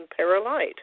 paralight